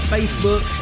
Facebook